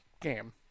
game